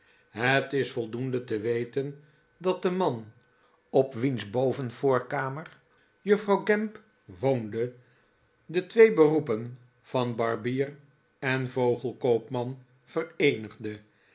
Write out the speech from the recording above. het is voldoende te weten dat de man op wiens bovenvoorkamer juffrouw gamp woonde de twee beroepen van barbier en vogelkoopman vereenigde